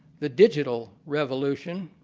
the digital revolution,